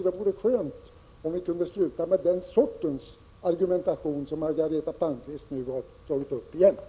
Det vore skönt om vi kunde sluta med den sortens argumentation som Margareta Palmqvist återigen använde sig av.